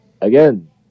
again